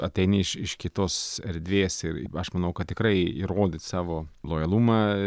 ateini iš iš kitos erdvės ir aš manau kad tikrai įrodyt savo lojalumą